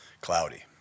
cloudy